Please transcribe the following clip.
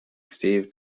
steve